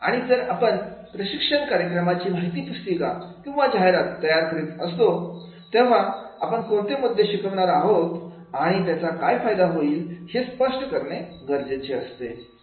आणि जर आपण प्रशिक्षण कार्यक्रमाची माहिती पुस्तिका किंवा जाहिरात तयार करत असतो तेव्हा आपण कोणते मुद्दे शिकवणार आहोत आणि त्याचा काय फायदा होईल हे स्पष्ट करणे गरजेचे असते